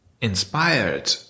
inspired